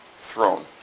throne